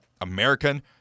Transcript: American